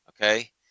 Okay